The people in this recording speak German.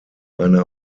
eine